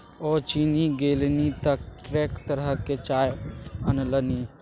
ओ चीन गेलनि तँ कैंक तरहक चाय अनलनि